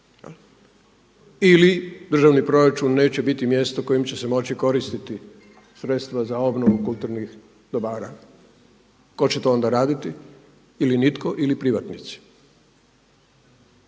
Ili državni proračun neće biti mjesto kojim će se moći koristiti sredstva za obnovu kulturnih dobara. Tko će to onda raditi? Ili nitko ili privatnici.